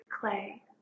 clay